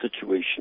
situation